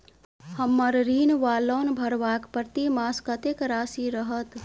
हम्मर ऋण वा लोन भरबाक प्रतिमास कत्तेक राशि रहत?